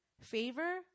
favor